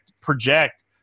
project